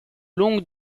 longue